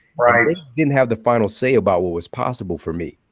they didn't have the final say about what was possible for me,